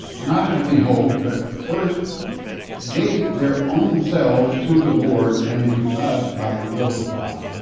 not as we hoped, but first gave their own selves to the lord and unto us by the will of god.